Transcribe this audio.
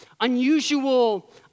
unusual